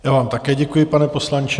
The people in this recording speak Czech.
Já vám také děkuji, pane poslanče.